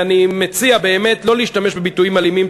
אני מציע לא להשתמש בביטויים אלימים.